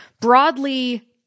broadly